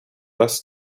less